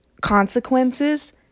consequences